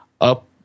up